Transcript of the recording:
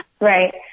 Right